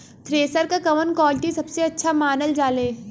Thresher के कवन quality सबसे अच्छा मानल जाले?